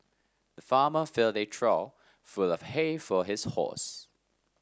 the farmer filled a trough full of hay for his horse